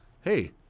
hey